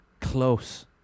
Close